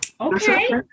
okay